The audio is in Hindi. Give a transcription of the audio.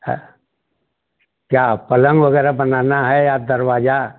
हा क्या पलंग वगैरह बनाना है या दरवाजा